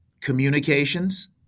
communications